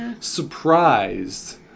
Surprised